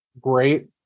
Great